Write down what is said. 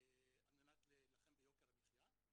על מנת להילחם ביוקר המחיה,